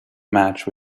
match